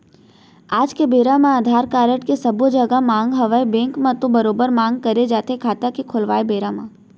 आज के बेरा म अधार कारड के सब्बो जघा मांग हवय बेंक म तो बरोबर मांग करे जाथे खाता के खोलवाय बेरा म